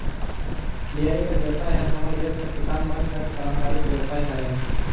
dairy कर बेवसाय हर हमर देस कर किसान मन कर पारंपरिक बेवसाय हरय